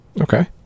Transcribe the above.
Okay